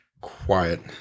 quiet